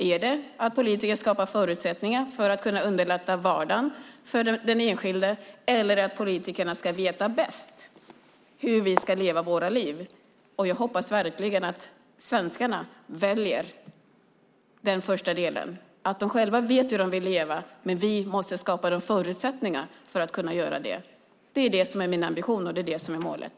Ska politiker skapa förutsättningar för att underlätta vardagen för den enskilde eller ska politikerna veta bäst hur vi ska leva våra liv? Jag hoppas verkligen att svenskarna väljer det första. De vet själva hur de vill leva, men vi måste skapa förutsättningarna. Det är det som är min ambition, och det är det som är målet.